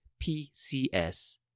PCS